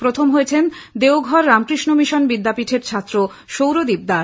প্রথম হয়েছেন দেওঘর রামকৃষ্ণ মিশন বিদ্যআপীঠের ছাত্র সৌরদীপ দাস